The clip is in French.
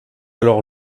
alors